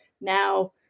now